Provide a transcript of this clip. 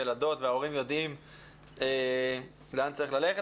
הילדות וההורים יודעים לאן צריך ללכת.